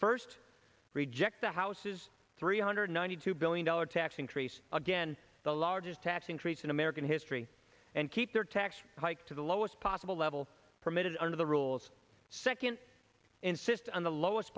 first reject the house's three hundred ninety two billion dollar tax increase again the largest tax increase in american history and keep their tax hike to the lowest possible level permitted under the rules second insist on the lowest